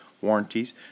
warranties